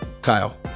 Kyle